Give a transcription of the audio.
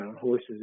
horses